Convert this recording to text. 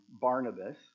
Barnabas